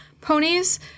ponies